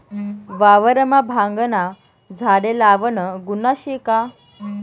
वावरमा भांगना झाडे लावनं गुन्हा शे का?